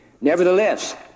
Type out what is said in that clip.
Nevertheless